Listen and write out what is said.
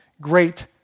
great